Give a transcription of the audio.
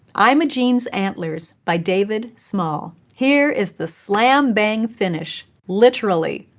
imogene's antlers by david small here is the slam-bang finish literally!